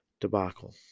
debacle